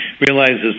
realizes